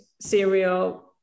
cereal